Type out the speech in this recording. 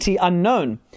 unknown